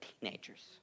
teenagers